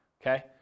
okay